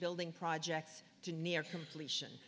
building projects to near completion